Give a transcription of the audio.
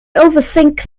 overthink